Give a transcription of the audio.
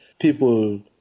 people